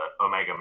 Omega